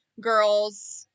girl's